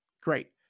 Great